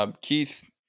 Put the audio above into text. Keith